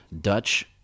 Dutch